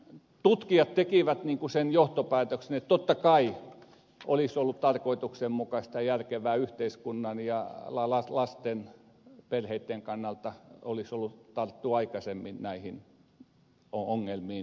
ja tutkijat tekivät sen johtopäätöksen että totta kai olisi ollut tarkoituksenmukaista ja järkevää yhteiskunnan ja lasten perheitten kannalta tarttua aikaisemmin näihin ongelmiin